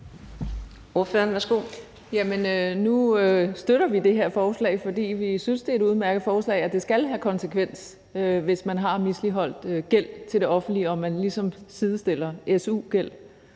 nu støtter vi det her forslag, fordi vi synes, det er et udmærket forslag, at det skal have konsekvens, hvis man har misligholdt gæld til det offentlige, og at man ligesom sidestiller su-gæld